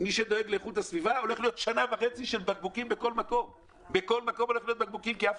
מי שדואג לאיכות הסביבה הולכת להיות שנה וחצי של בקבוקים בכל מקום כי אף